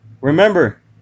remember